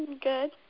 Good